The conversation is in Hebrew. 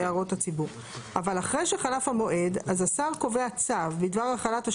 אז אתה בעצם מכניס הרבה מאוד סמכויות שמתאים